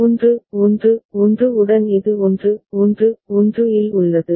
1 1 1 உடன் இது 1 1 1 இல் உள்ளது